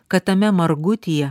kad tame margutyje